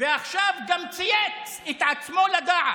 ועכשיו גם צייץ את עצמו לדעת.